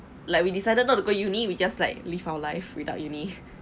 like we decided not to go uni we just like live our life without uni